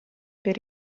per